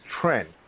trend